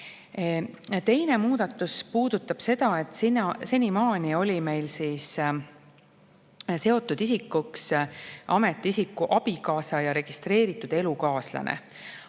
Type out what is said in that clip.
Teine muudatus puudutab seda, et senimaani on meil seotud isikuks olnud ametiisiku abikaasa ja registreeritud elukaaslane.